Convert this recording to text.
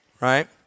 right